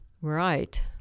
Right